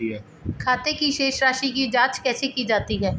खाते की शेष राशी की जांच कैसे की जाती है?